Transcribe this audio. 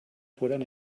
fueran